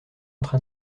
train